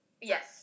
yes